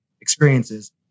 experiences